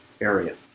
area